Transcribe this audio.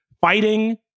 Fighting